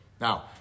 Now